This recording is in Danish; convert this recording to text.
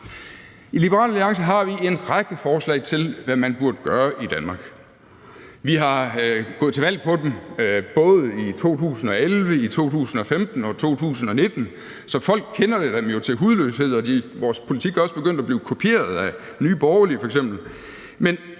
I Liberal Alliance har vi en række forslag til, hvad man burde gøre i Danmark. Vi er gået til valg på dem, både i 2011, i 2015 og i 2019, så folk kender dem jo til hudløshed, og vores politik er også begyndt at blive kopieret af f.eks. Nye Borgerlige.